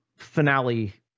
finale